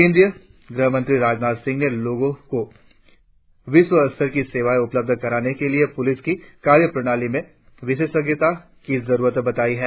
केंद्रीय गृहमंत्री राजनाथ सिंह ने लोगों को विश्व स्तर की सेवाएं उपलब्ध कराने के लिए प्रलिस की कार्यप्रणाली में विशेषज्ञता की जरुरत बताई है